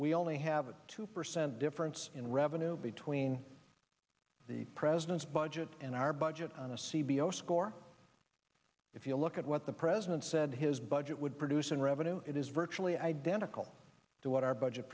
we only have a two percent difference in revenue between the president's budget and our budget on a c b o score if you look at what the president said his budget would produce in revenue it is virtually identical to what our budget